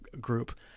group